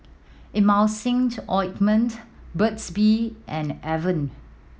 Emulsying Ointment Burt's Bee and Avene